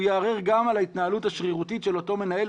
יערער גם על ההתנהלות השרירותית של אותו מנהל,